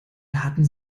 daten